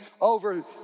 over